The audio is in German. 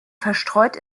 verstreut